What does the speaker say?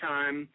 Time